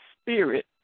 spirit